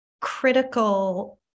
critical